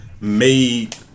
made